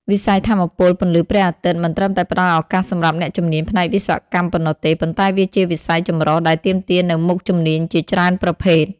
វិស័យថាមពលពន្លឺព្រះអាទិត្យមិនត្រឹមតែផ្តល់ឱកាសសម្រាប់អ្នកជំនាញផ្នែកវិស្វកម្មប៉ុណ្ណោះទេ ប៉ុន្តែវាជាវិស័យចម្រុះដែលទាមទារនូវមុខជំនាញជាច្រើនប្រភេទ។